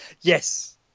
Yes